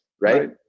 right